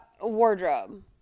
Wardrobe